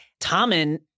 Tommen